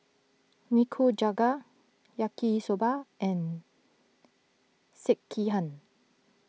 Nikujaga Yaki Soba and Sekihan